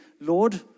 Lord